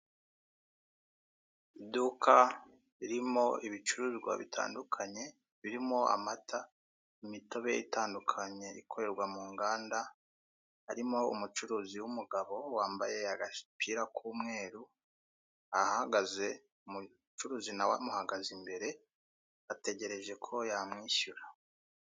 Iduka ririmo ibicuruzwa bitandukanye birimo amata, imitobe itandukanye ikorerwa mu nganda, harimo umucuruzi w'umugabo wambaye agapira k'umweru ahagaze, umucuruzi nawe amuhagaze imbere ategereje ko yamwishyura.